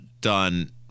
done